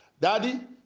Daddy